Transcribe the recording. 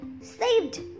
saved